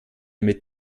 mit